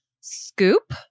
scoop